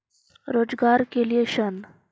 रोजगार के लिए ऋण?